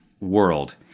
world